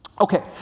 Okay